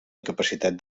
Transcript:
incapacitat